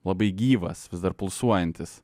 labai gyvas vis dar pulsuojantis